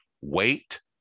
Wait